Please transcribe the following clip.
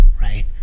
right